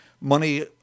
money